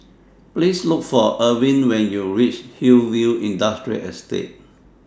Please Look For Irvin when YOU REACH Hillview Industrial Estate